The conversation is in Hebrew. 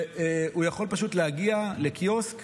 והוא יכול פשוט להגיע לקיוסק